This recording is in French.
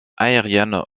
aérienne